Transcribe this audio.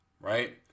right